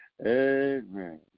amen